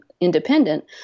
independent